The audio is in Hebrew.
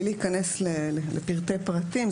מבלי להיכנס לפרטי פרטים,